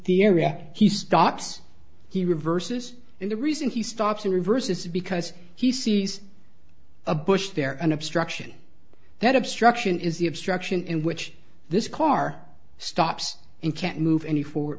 the area he stops he reverses and the reason he stops in reverse is because he sees a bush there an obstruction that obstruction is the obstruction in which this car stops and can't move any for